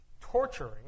torturing